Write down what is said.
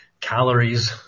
calories